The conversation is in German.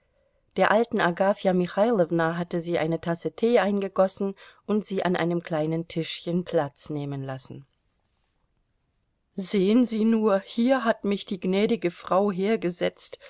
der alten agafja michailowna hatte sie eine tasse tee eingegossen und sie an einem kleinen tischchen platz nehmen lassen sehen sie nur hier hat mich die gnädige frau hergesetzt